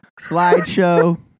slideshow